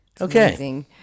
Okay